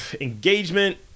engagement